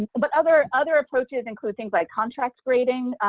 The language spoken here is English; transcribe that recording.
but other other approaches include things like contract grading.